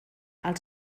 els